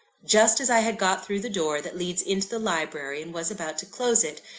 just as i had got through the door that leads into the library, and was about to close it,